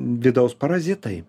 vidaus parazitai